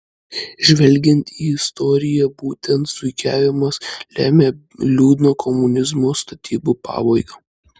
žvelgiant į istoriją būtent zuikiavimas lėmė liūdną komunizmo statybų pabaigą